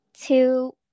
Two